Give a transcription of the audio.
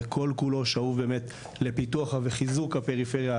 וכל כולו שאוב באמת לפיתוח וחיזוק הפריפריה.